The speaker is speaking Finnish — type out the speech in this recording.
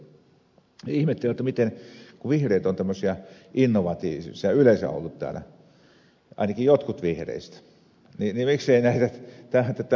ihmettelen kun vihreät ovat tämmöisiä innovatiivisia yleensä olleet täällä ainakin jotkut vihreistä miksei tätä nykytekniikkaa täällä ole no ilmeisesti kun ed